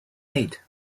eight